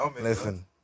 Listen